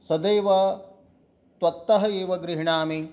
सदैव त्वत्तः एव गृह्णामि